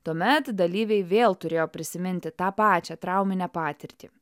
tuomet dalyviai vėl turėjo prisiminti tą pačią trauminę patirtį